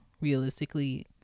realistically